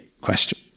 question